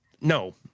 no